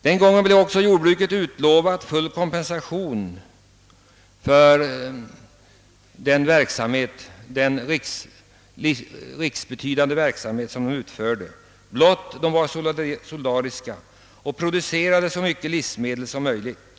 Jordbrukarna blev då också utlovade full kompensation för sin för hela landet gagnande gärning, om de bara var solidariska och producerade så mycket livsmedel som möjligt.